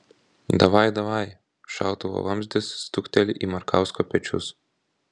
davaj davaj šautuvo vamzdis stukteli į markausko pečius